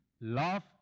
love